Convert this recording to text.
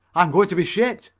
i'm going to be shipped,